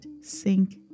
sink